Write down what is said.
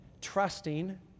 trusting